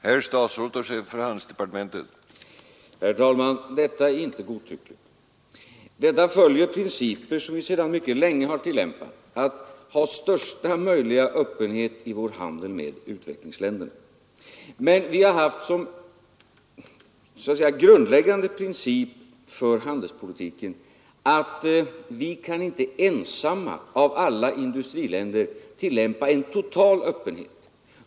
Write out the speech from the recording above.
Herr talman! Detta är inte godtyckligt utan följer den linje som vi sedan mycket länge tillämpat, nämligen att ha största möjliga öppenhet i handeln med utvecklingsländerna. Men vi har haft som grundläggande princip för handelspolitiken att vi inte ensamma av alla industriländer kan tillämpa en total öppenhet.